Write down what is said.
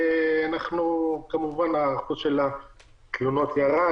אחוז התלונות ירד,